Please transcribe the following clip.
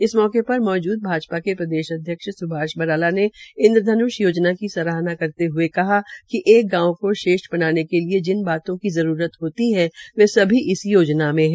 इस मौके पर मौजूद भाजपा के प्रदेशअध्यक्ष स्भाष बराला ने इन्दधन्ष योजना की सराहना करते हये कहा कि एक गांव को श्रेष्ठ बनाने के लिए जिन बातों की जरूरत होती है वे सभी इस योजना में है